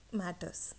matters